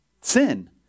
sin